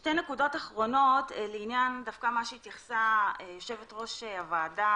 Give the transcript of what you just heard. שתי נקודות אחרונות לעניינים שהתייחסה אליו יושבת-ראש הוועדה,